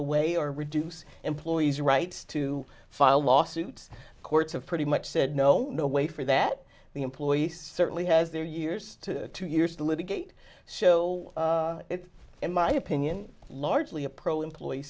away or reduce employees rights to file lawsuits courts have pretty much said no no way for that the employee certainly has their years to two years to litigate so in my opinion largely a pro employee